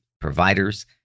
providers